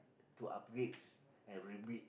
to upgrades and remit